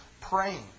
praying